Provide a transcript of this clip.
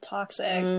Toxic